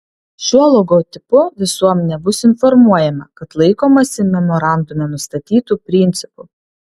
šiuo logotipu visuomenė bus informuojama kad laikomasi memorandume nustatytų principų